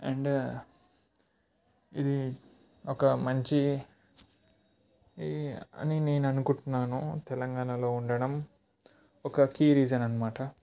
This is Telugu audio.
అండ్ ఇది ఒక మంచి అని నేననుకుంటున్నాను తెలంగాణలో ఉండడం ఒక కీ రీజన్ అనమాట